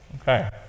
Okay